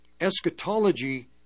Eschatology